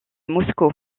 moscou